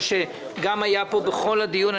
ושהיה פה בכל הדיון.